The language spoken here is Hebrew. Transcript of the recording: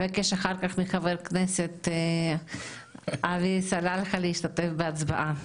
אני אבקש אחר כך מחבר הכנסת עלי סלאלחה להשתתף בהצבעה.